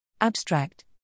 Abstract